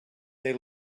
they